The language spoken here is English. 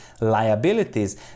liabilities